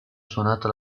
suonato